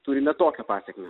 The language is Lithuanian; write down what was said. turime tokią pasekmę